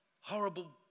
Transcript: horrible